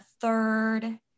third